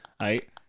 right